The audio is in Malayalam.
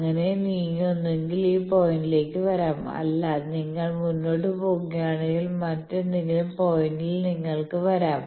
അങ്ങനെ നീങ്ങി ഒന്നുകിൽ ഈ പോയിന്റിലേക്ക് വരാം അല്ല നിങ്ങൾ മുന്നോട്ട് പോകുകയാണെങ്കിൽ മറ്റേതെങ്കിലും പോയിന്റിൽ നിങ്ങൾക്ക് വരാം